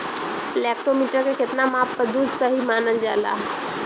Lactometer के कितना माप पर दुध सही मानन जाला?